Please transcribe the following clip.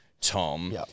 Tom